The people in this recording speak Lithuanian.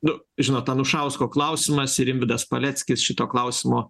nu žinot anušausko klausimas rimvydas paleckis šito klausimo